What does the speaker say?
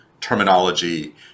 terminology